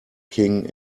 king